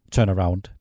Turnaround